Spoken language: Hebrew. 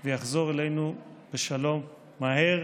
והוא יחזור אלינו בשלום, מהר,